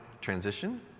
transition